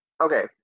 okay